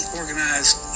organized